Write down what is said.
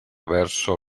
verso